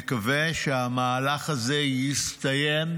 נקווה שהמהלך הזה יסתיים,